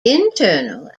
internal